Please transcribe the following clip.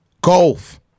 Golf